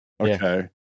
okay